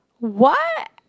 what